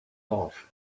off